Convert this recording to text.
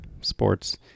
Sports